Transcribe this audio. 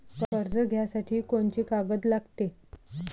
कर्ज घ्यासाठी कोनची कागद लागते?